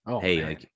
hey